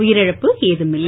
உயிரிழப்பு ஏதுமில்லை